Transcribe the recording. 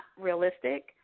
realistic